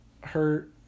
hurt